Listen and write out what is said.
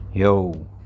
Yo